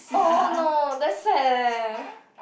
oh no that sad leh